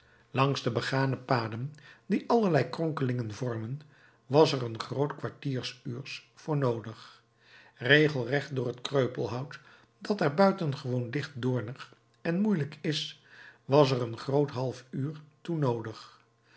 langs de begane paden die allerlei kronkelingen vormen was er een groot kwartieruurs voor noodig regelrecht door het kreupelhout dat daar buitengewoon dicht doornig en moeielijk is was er een groot half uur toe noodig